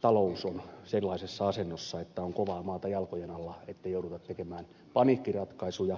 talous on sellaisessa asennossa että on kovaa maata jalkojen alla ettei jouduta tekemään paniikkiratkaisuja